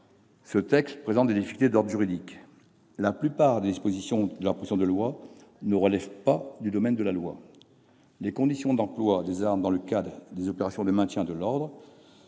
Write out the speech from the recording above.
lieu, il présente des difficultés d'ordre juridique. La plupart des dispositions de la proposition de loi ne relèvent pas du domaine de la loi. Les conditions d'emploi des armes dans le cadre des opérations de maintien et de